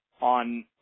on